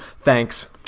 Thanks